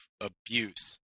abuse